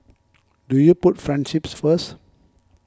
do you put friendship first